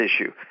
issue